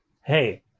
Hey